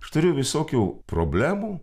aš turiu visokių problemų